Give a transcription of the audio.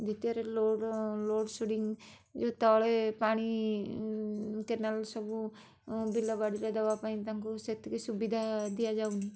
ଦ୍ଵିତୀୟରେ load load shedding ଯେଉଁ ତଳେ ପାଣି କେନାଲ ସବୁ ବିଲବାଡ଼ିରେ ଦେବାପାଇଁ ତାଙ୍କୁ ସେତିକି ସୁବିଧା ଦିଆଯାଉନି